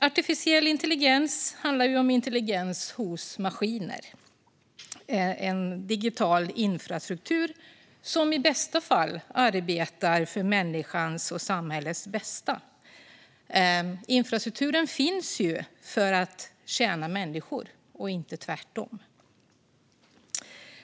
Artificiell intelligens handlar om intelligens hos maskiner och om en digital infrastruktur som i bästa fall arbetar för människans och samhällets bästa. Infrastrukturen finns ju för att tjäna människor och inte tvärtom.